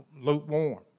lukewarm